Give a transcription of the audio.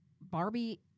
Barbie